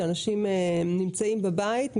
שאנשים נמצאים בבית,